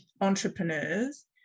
entrepreneurs